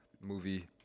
movie